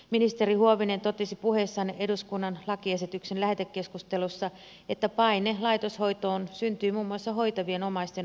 ministeri huovinen totesi puheessaan eduskunnan lakiesityksen lähetekeskustelussa että paine laitoshoitoon syntyy muun muassa hoitavien omaisten uupumisesta